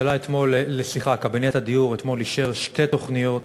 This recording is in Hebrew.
קבינט הדיור אישר אתמול שתי תוכניות,